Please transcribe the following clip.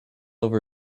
over